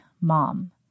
mom